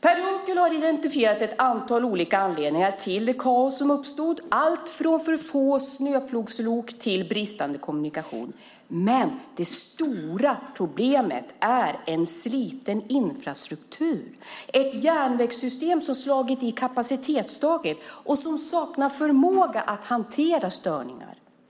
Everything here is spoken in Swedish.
Per Unckel har identifierat ett antal olika anledningar till det kaos som uppstod. Det är allt från för få snöplogslok till bristande kommunikation. Men det stora problemet är en sliten infrastruktur och ett järnvägssystem som har slagit i kapacitetstaket och saknar förmåga att hantera störningar.